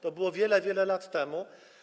To było wiele, wiele lat temu.